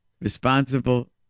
responsible